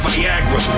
Viagra